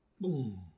boom